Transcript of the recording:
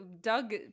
Doug